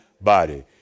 body